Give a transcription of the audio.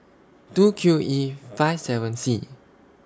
two Q E five seven C